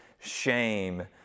shame